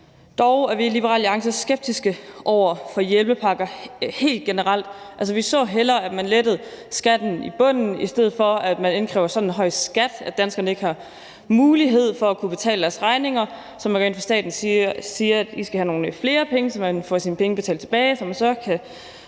Dog er vi i Liberal Alliance skeptiske over for hjælpepakker helt generelt. Altså, vi så hellere, at man lettede skatten i bunden, i stedet for at man indkræver så høj en skat, at danskerne ikke har mulighed for at kunne betale deres regninger. Staten går ind og siger, at man skal have nogle flere penge, så man får sine penge betalt tilbage og kan få